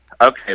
Okay